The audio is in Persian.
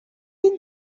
این